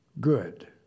good